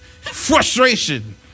frustration